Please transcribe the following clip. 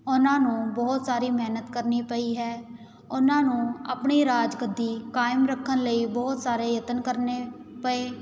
ਉਹਨਾਂ ਨੂੰ ਬਹੁਤ ਸਾਰੀ ਮਿਹਨਤ ਕਰਨੀ ਪਈ ਹੈ ਉਹਨਾਂ ਨੂੰ ਆਪਣੀ ਰਾਜ ਗੱਦੀ ਕਾਇਮ ਰੱਖਣ ਲਈ ਬਹੁਤ ਸਾਰੇ ਯਤਨ ਕਰਨੇ ਪਏ